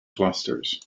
clusters